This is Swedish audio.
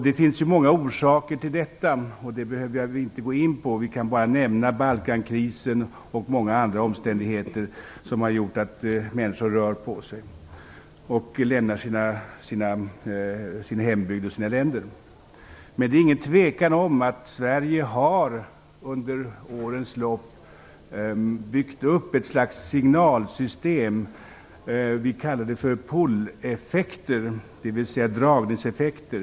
Det finns ju många orsaker till detta, men det behöver jag inte gå in på. Jag kan bara nämna Balkankrisen och många andra omständigheter som gör att människor rör på sig och lämnar sin hembygd och sina länder. Men det är ingen tvekan om att Sverige under årens lopp har byggt upp ett slags signalsystem. Vi kallar det för pulleffekter, dvs. dragningseffekter.